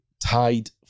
tied